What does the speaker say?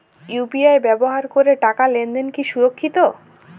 UPI ব্যবহার করে টাকা লেনদেন কি সুরক্ষিত?